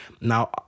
Now